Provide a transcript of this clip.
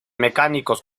mecánicos